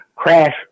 crash